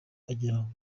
ageraho